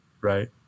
right